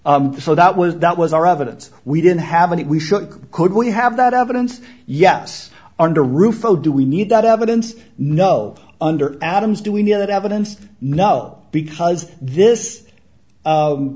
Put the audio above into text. so that was that was our evidence we didn't have any we should could we have that evidence yes under rufo do we need that evidence no under adams do we need that evidence no because this